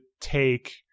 take